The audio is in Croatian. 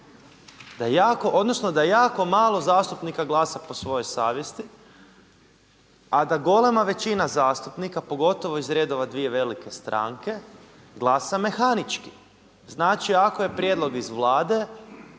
da jako malo zastupnika glasa po svojoj savjesti a da golema većina zastupnika pogotovo iz redova dvije velike stranke glasa mehanički. Znači ako je prijedlog iz Vlade